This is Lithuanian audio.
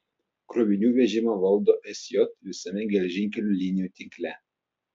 krovinių vežimą valdo sj visame geležinkelių linijų tinkle